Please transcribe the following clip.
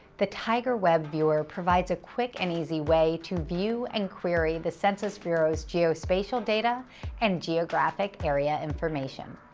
the tigerweb viewer provides a quick and easy way to view and query the census bureau's geospatial data and geographic area information.